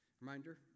Reminder